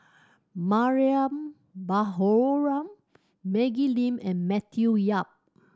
Mariam Baharom Maggie Lim and Matthew Yap